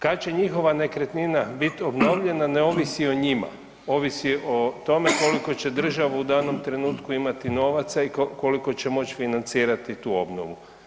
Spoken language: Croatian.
Kad će njihova nekretnina biti obnovljena, ne ovisi o njima, ovisi o tome koliko će država u danom trenutku imati novaca i koliko će moći financirati tu obnovu.